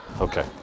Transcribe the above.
Okay